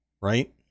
right